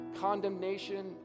condemnation